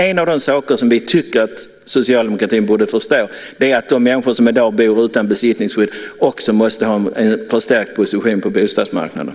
En av de saker som vi tycker att socialdemokratin borde förstå är att de människor som i dag bor utan besittningsskydd också måste ha en förstärkt position på bostadsmarknaden.